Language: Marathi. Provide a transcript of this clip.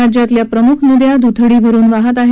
राज्यातल्या प्रमुख नद्या दुथडी भरुन वाहत आहेत